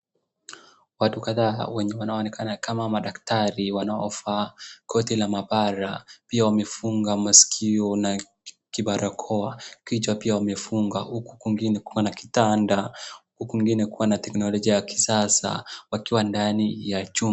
Watu kadhaa wenye wanaonekana kama daktari wanaovaa koti la maabara wakiwa wamefunga masikio na kibarakoa kichwa pia wamefunga huku kwingine kukiwa na kitanda, huku kwingine kukiwa na teknolojia ya kisasa wakiwa ndani ya chumba.